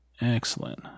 Excellent